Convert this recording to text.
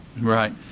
Right